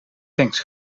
tanks